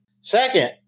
Second